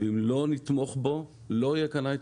אם לא נתמוך בו לא יהיה כאן הייטק.